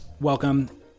welcome